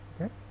Okay